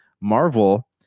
Marvel